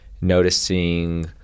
noticing